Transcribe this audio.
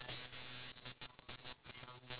~tion of the country itself